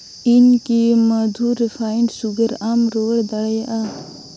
ᱤᱧ ᱠᱤ ᱢᱟᱫᱷᱩᱨ ᱨᱤᱯᱷᱟᱭᱤᱱᱰ ᱥᱩᱜᱟᱨ ᱟᱢ ᱨᱩᱣᱟᱹᱲ ᱫᱟᱲᱮᱭᱟᱜᱼᱟ